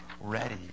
ready